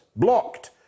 blocked